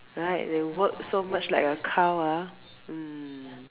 right they work so much like a cow ah mm